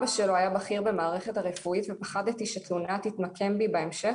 אבא שלו היה בכיר במערכת הרפואית ופחדתי שתלונה תתנקם בי בהמשך,